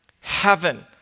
heaven